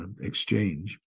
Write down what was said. exchange